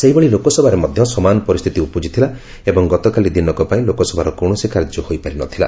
ସେହିଭଳି ଲୋକସଭାରେ ମଧ୍ୟ ସମାନ ପରିସ୍ଥିତି ଉପୁକ୍ତିଥିଲା ଏବଂ ଗତକାଲି ଦିନକ ପାଇଁ ଲୋକସଭାର କୌଣସି କାର୍ଯ୍ୟ ହୋଇପାରି ନଥିଲା